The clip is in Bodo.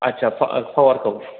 आदसा पा पावारखौ